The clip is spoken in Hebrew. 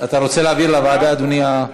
אתה רוצה להעביר לוועדה, אדוני?